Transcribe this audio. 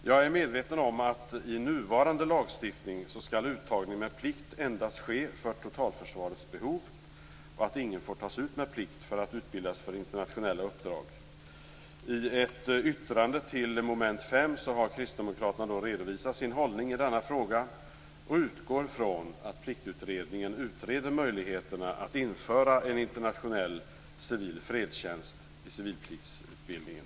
Jag är medveten om att enligt nuvarande lagstiftning skall uttagning med plikt endast ske för totalförsvarets behov och att ingen får tas ut med plikt för att utbildas för internationella uppdrag. I ett yttrande under mom. 5 har bl.a. kristdemokraterna redovisat sin hållning i denna fråga och utgått från att Pliktutredningen utreder möjligheterna att införa en internationell civil fredstjänst i civilpliktsutbildningen.